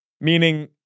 Meaning